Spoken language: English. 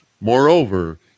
Moreover